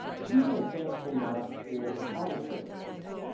choosing a fanciful mark or an arbitrary mark, then,